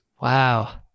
Wow